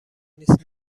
نیست